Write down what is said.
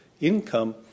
income